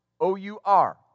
O-U-R